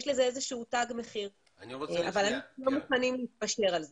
יש לה איזשהו תג מחיר אבל אנחנו לא מוכנים להתפשר על זה.